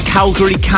Calgary